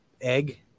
egg